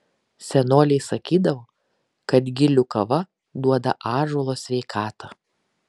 senoliai sakydavo kad gilių kava duoda ąžuolo sveikatą